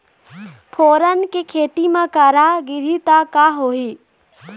फोरन के खेती म करा गिरही त का होही?